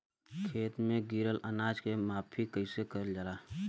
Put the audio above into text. खेत में गिरल अनाज के माफ़ी कईसे करल जाला?